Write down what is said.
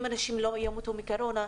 אם אנשים לא ימותו מקורונה,